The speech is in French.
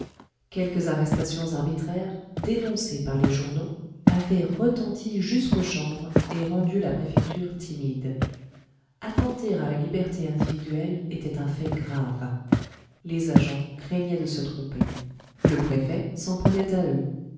quelques arrestations arbitraires dénoncées par les journaux avaient retenti jusqu'aux chambres et rendu la préfecture timide attenter à la liberté individuelle était un fait grave les agents craignaient de se tromper le préfet s'en prenait à eux